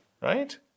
right